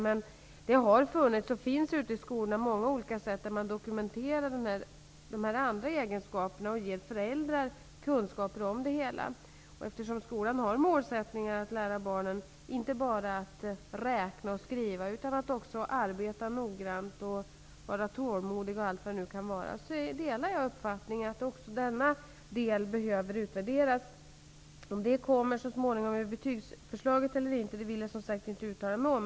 Men det har funnits, och det finns, många olika sätt att dokumentera de här andra egenskaperna på. Föräldrar får då kunskap om situationen. Eftersom man i skolan har målsättningen att lära barnen inte bara att räkna och skriva utan också att arbeta noggrant och vara tålmodiga, delar jag uppfattningen att också denna del behöver utvärderas. Om så kommer att ske i samband med betygsförslaget eller inte vill jag inte uttala mig om.